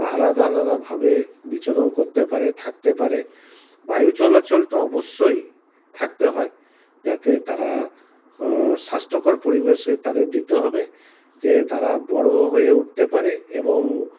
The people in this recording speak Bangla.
আলাদা আলাদাভাবে বিচরণ করতে পারে থাকতে পারে বায়ু চলাচল তো অবশ্যই থাকতে হয় যাতে তারা স্বাস্থ্যকর পরিবেশ তাদের দিতে হবে যে তারা বড়ো হয়ে উঠতে পারে এবং